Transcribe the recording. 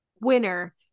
Winner